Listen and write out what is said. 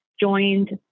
joined